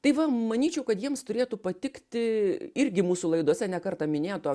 tai va manyčiau kad jiems turėtų patikti irgi mūsų laidose ne kartą minėto